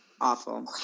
Awful